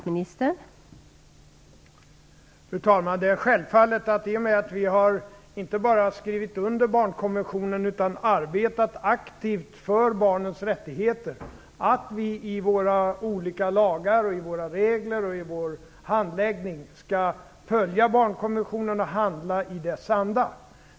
Fru talman! Det är självklart att vi, i och med att vi inte bara har skrivit under barnkonventionen utan arbetat aktivt för barnens rättigheter, i våra olika lagar och regler och i vår handläggning skall följa barnkonventionen och handla i dess anda.